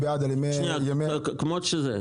כמות שזה.